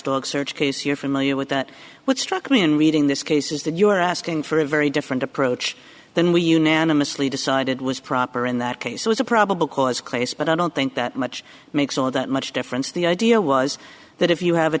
look search case you're familiar with that what struck me in reading this case is that you were asking for a very different approach than we unanimously decided was proper in that case was a probable cause clase but i don't think that much makes all that much difference the idea was that if you have a